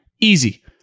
easy